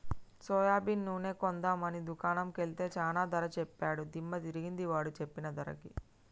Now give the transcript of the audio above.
soybean నూనె కొందాం అని దుకాణం కెల్తే చానా ధర సెప్పాడు దిమ్మ దిరిగింది వాడు సెప్పిన ధరకి